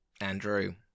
Andrew